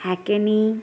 hackney